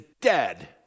dead